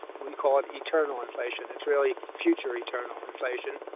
we call it eternal inflation, it's really future eternal inflation.